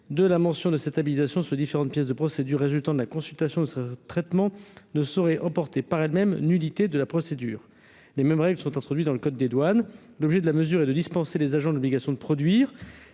de la mention de cette habitation ce différentes pièces de procédure résultant de la consultation, ce traitement ne saurait emporté par elles-mêmes nullité de la procédure, les mêmes règles sont introduits dans le code des douanes d'obliger de la mesure et de dispenser les agents de l'obligation de produire,